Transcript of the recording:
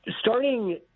starting